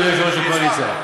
אדוני יושב-ראש הקואליציה.